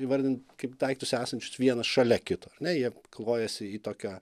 įvardint kaip daiktus esančius vienas šalia kito ar ne jie klojasi į tokią